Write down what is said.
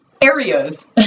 areas